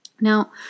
now